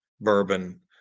bourbon